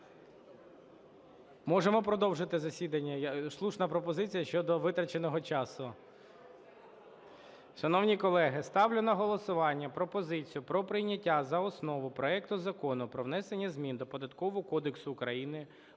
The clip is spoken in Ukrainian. Можемо продовжити засідання? Слушна пропозиція щодо витраченого часу. Шановні колеги, ставлю на голосування пропозицію про прийняття за основу проекту Закону про внесення змін до Податкового кодексу України